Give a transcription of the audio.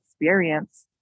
experience